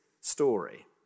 story